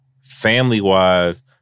family-wise